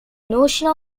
notion